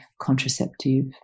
contraceptive